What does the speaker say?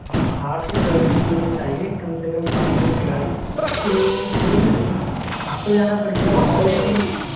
हाँ आठ से दस दिन के लिए चाहिए कम से कम पाँच से छ गाड़ी तो फिर हमको ही आना पड़ेगा वहाँ पे लेने